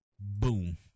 Boom